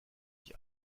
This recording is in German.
ich